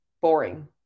boring